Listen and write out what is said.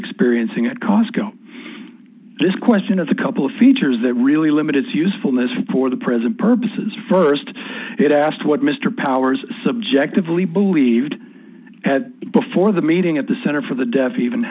experiencing at costco this question is a couple of features that really limit its usefulness for the present purposes st it asked what mr powers subjectively believed before the meeting at the center for the deaf even